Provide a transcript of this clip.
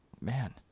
Man